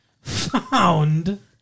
found